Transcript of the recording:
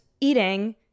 eating